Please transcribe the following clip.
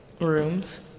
rooms